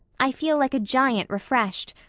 i feel like a giant refreshed.